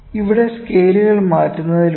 ഇവിടെ സ്കെയിൽ മാറ്റുന്നതിലൂടെ